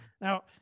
now